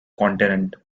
continent